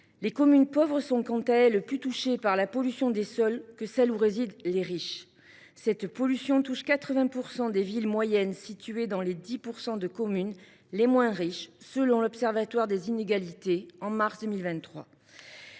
Les communes pauvres, quant à elles, sont plus touchées par la pollution des sols que celles où résident les riches. Cette pollution touche 80 % des villes moyennes situées dans les 10 % de communes les moins riches, selon une étude publiée par l’Observatoire des inégalités en mars 2023.